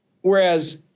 Whereas